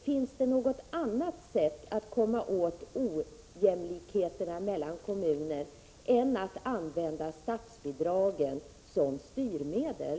Finns det något annat sätt att komma åt ojämlikheterna mellan kommuner än att använda statsbidragen som styrmedel?